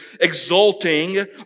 exulting